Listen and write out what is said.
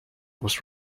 was